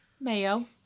Mayo